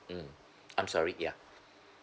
mm I'm sorry yeah